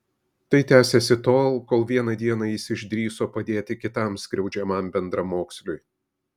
tai tęsėsi tol kol vieną dieną jis išdrįso padėti kitam skriaudžiamam bendramoksliui